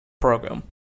program